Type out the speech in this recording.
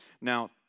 Now